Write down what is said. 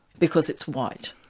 because it's white.